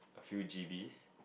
few G Bs